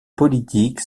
politique